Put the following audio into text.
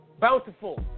bountiful